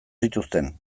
zituzten